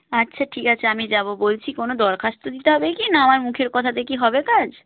আচ্ছা ঠিক আছে আমি যাব বলছি কোনো দরখাস্ত দিতে হবে কি না আমার মুখের কথাতে কি হবে কাজ